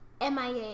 MIA